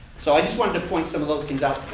so i just wanted to point some of those things out,